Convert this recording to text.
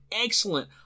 excellent